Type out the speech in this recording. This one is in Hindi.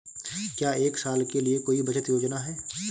क्या एक साल के लिए कोई बचत योजना है?